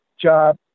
job